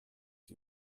die